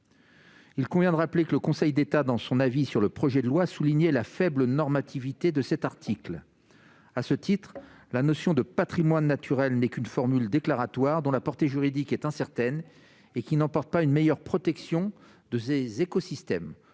il convient de rappeler que le Conseil d'État dans son avis sur le projet de loi souligner la faible normativité de cet article, à ce titre, la notion de Patrimoine naturel n'est qu'une formule déclaratoire dont la portée juridique est incertaine et qui n'emporte pas une meilleure protection de ces écosystèmes